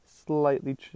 Slightly